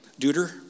Deuter